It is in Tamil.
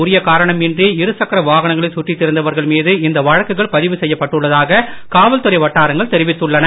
உரிய காரணம் இன்றி இரு சக்கர வாகனங்களில் சுற்றித் திரிந்தவர்கள் மீது இந்த வழக்குகள் பதிவு செய்யப்பட்டுள்ளதாக காவல்துறை வட்டாரங்கள் தெரிவித்துள்ளன